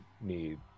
need